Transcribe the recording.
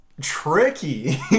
tricky